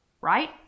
right